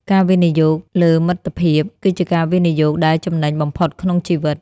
ការវិនិយោគលើមិត្តភាព គឺជាការវិនិយោគដែលចំណេញបំផុតក្នុងជីវិត។